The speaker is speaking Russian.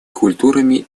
культурами